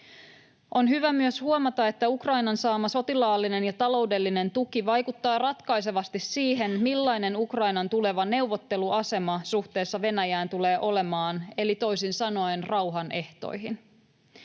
On hyvä myös huomata, että Ukrainan saama sotilaallinen ja taloudellinen tuki vaikuttaa ratkaisevasti siihen, millainen Ukrainan tuleva neuvotteluasema suhteessa Venäjään tulee olemaan, eli toisin sanoen rauhanehtoihin.